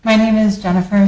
my name is jennifer